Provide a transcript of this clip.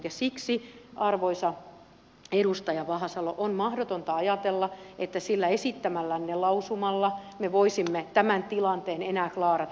ja siksi arvoisa edustaja vahasalo on mahdotonta ajatella että sillä esittämällänne lausumalla me voisimme tämän tilanteen enää klaarata